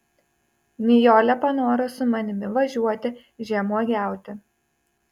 nijolė panoro su manimi važiuoti žemuogiauti